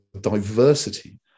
diversity